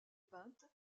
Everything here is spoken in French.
peintes